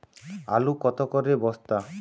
আলু কত করে বস্তা?